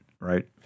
right